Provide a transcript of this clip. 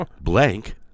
Blank